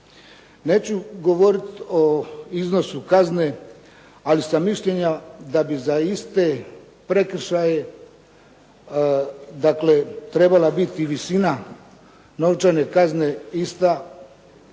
Neću govoriti o iznosu kazne, ali sam mišljenja da bi za iste prekršaje trebala biti i visina novčane kazne ista